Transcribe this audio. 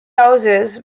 houses